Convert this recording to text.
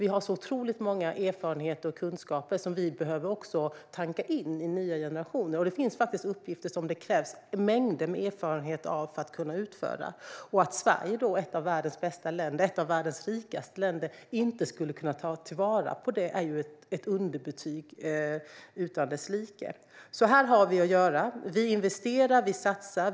Vi har så otroligt mycket erfarenhet och kunskap som vi behöver tanka in i nya generationer. Det finns uppgifter som det krävs mängder av erfarenhet för att kunna utföra. Att Sverige, ett av världens bästa och rikaste länder, inte skulle kunna ta vara på detta är ett underbetyg utan dess like. Här har vi att göra. Vi investerar och satsar.